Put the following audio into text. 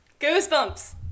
Goosebumps